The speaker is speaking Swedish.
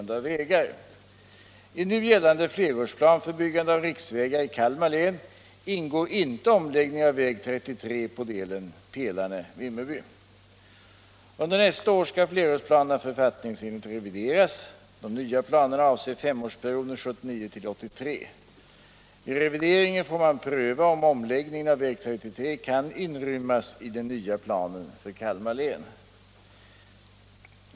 De nya planerna avser femårsperioden 1979-1983. Vid revideringen får man pröva om omläggningen av väg 33 kan inrymmas i den nya planen för Kalmar län.